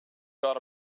got